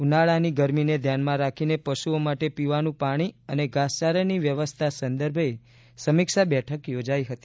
ઉનાળાની ગરમીને ધ્યાનમાં રાખીને પશુઓ માટે પીવાનું પાણી અને ઘાસચારાની વ્યવસ્થા સંદર્ભે સમીક્ષા બેઠક યોજાઈ હતી